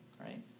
Right